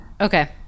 Okay